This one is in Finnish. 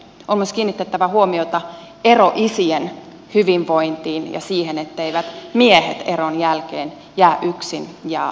on myös kiinnitettävä huomiota eroisien hyvinvointiin ja siihen etteivät miehet eron jälkeen jää yksin ja eristyksiin